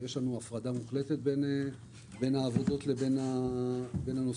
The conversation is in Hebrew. ויש לנו הפרדה מוחלטת בין העבודות לבין הנוסעים.